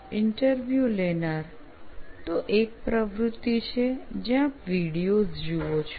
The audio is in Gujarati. ઈન્ટરવ્યુ લેનાર તો એક પ્રવૃત્તિ છે જ્યાં આપ વિડિઓઝ જુઓ છો